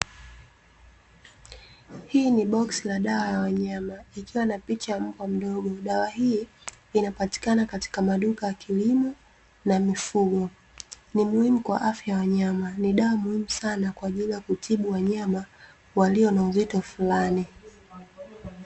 Hii ni boksi la dawa ya wanyama, ikiwa na picha ya mbwa mdogo. Dawa hii inapatikana katika maduka ya kilimo na mifugo. Ni muhimu kwa afya ya wanyama. Ni dawa muhimu sana kwa ajili ya kutibu wayama walio na uzito fulani.